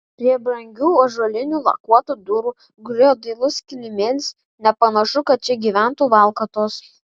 prie brangių ąžuolinių lakuotų durų gulėjo dailus kilimėlis nepanašu kad čia gyventų valkatos